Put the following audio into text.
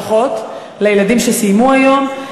ברכות לילדים שסיימו היום,